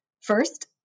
First